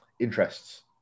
interests